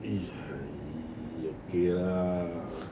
okay lah